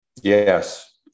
Yes